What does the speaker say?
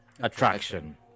attraction